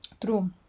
True